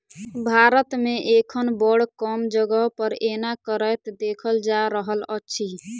भारत मे एखन बड़ कम जगह पर एना करैत देखल जा रहल अछि